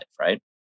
right